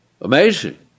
Amazing